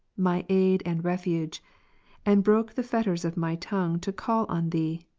my aid and refuge and broke the fetters of my tongue to call on thee,